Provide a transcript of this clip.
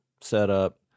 setup